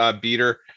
beater